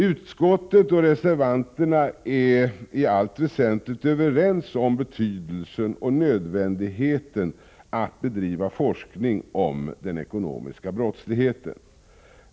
Utskottet och reservanterna är i allt väsentligt överens om betydelsen och nödvändigheten av att bedriva forskning om den ekonomiska brottsligheten.